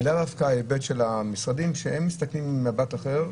ולאו דווקא ההיבט של המשרדים שהם מסתכלים ממבט אחר.